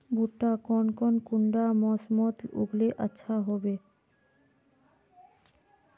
भुट्टा कौन कुंडा मोसमोत लगले अच्छा होबे?